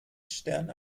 stern